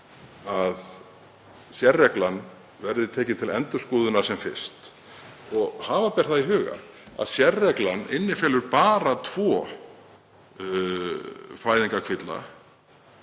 að sérreglan verði tekin til endurskoðunar sem fyrst. Hafa ber í huga að sérreglan innifelur bara tvo fæðingarkvilla,